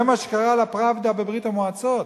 זה מה שקרה ל"פראבדה" בברית-המועצות,